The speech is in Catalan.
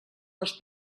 les